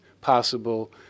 possible